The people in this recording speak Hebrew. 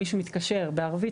אם מישהו מתקשר בערבית,